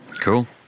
cool